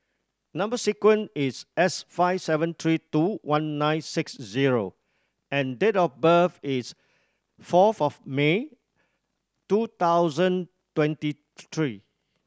number sequence is S five seven three two one nine six zero and date of birth is fourth of May two thousand twenty three